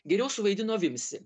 geriau suvaidino vimsį